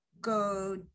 go